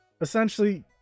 essentially